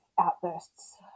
outbursts